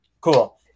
Cool